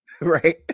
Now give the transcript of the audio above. Right